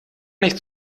nicht